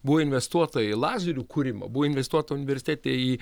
buvo investuota į lazerių kūrimą buvo investuota universitete į